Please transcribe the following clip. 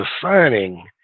defining